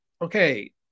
okay